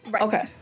okay